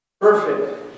Perfect